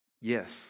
yes